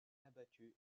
abattu